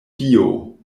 dio